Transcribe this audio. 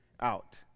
out